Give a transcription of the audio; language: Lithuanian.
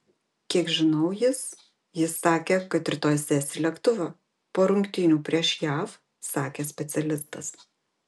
kiek žinau jis jis sakė kad rytoj sės į lėktuvą po rungtynių prieš jav sakė specialistas